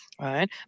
right